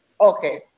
Okay